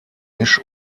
misch